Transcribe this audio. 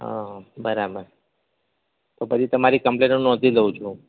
હા બરાબર તો પછી તમારી કમ્પ્લેન હું નોંધી લઉ છું